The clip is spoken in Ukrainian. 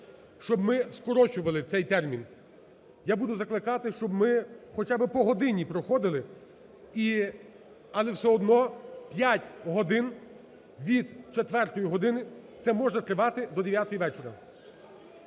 щоб ми скорочували цей термін. Я буду закликати, щоб ми хоча би по годині проходили. Але все одно 5 годин від четвертої години – це може тривати до дев'ятої вечора.